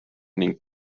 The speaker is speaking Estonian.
ning